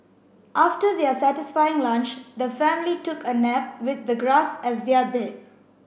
after their satisfying lunch the family took a nap with the grass as their bed